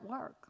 work